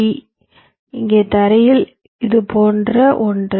D இங்கே தரையில் இது போன்ற ஒன்று